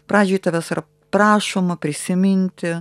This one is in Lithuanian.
pradžioj tavęs yra prašoma prisiminti